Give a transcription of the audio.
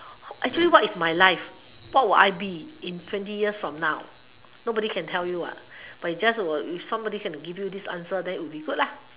actually what is my life what would I be in twenty years from now nobody can tell you what but if just were if somebody can give you this answer then it will be good lah